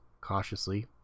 cautiously